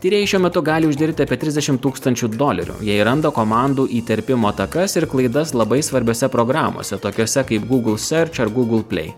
tyrėjai šiuo metu gali uždirbti apie trisdešim tūkstančių dolerių jei randa komandų įterpimo atakas ir klaidas labai svarbiose programose tokiose kaip google serč ar gūgl plei